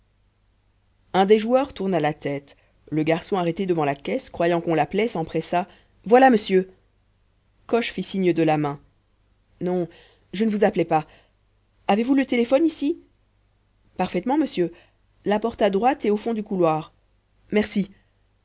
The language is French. un des joueurs tourna la tête le garçon arrêté devant la caisse croyant qu'on l'appelait s'empressa voilà monsieur coche fit signe de la main non je ne vous appelais pas avez-vous le téléphone ici parfaitement monsieur la porte à droite et au fond du couloir merci